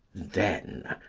then,